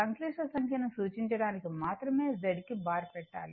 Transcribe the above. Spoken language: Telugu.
సంక్లిష్ట సంఖ్యను సూచించడానికి మాత్రమే Z కి బార్ పెట్టాలి